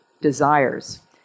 desires